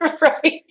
right